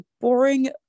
boring